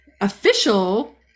official